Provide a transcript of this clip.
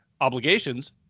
obligations